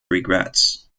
regrets